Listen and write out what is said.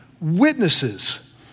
witnesses